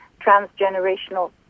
transgenerational